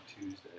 Tuesday